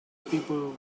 people